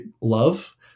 love